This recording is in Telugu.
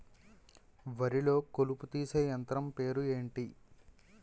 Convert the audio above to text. వరి లొ కలుపు తీసే యంత్రం పేరు ఎంటి?